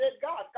God